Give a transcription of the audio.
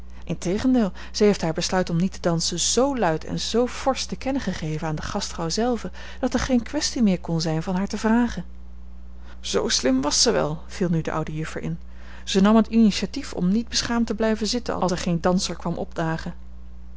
integendeel zij heeft haar besluit om niet te dansen zoo luid en zoo forsch te kennen gegeven aan de gastvrouw zelve dat er geen kwestie meer kon zijn van haar te vragen zoo slim was ze wel viel nu de oude juffer in zij nam het initiatief om niet beschaamd te blijven zitten als er geen danser kwam opdagen